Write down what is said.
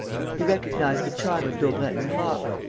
he recognized the chime of daubrecq's clock.